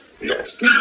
yes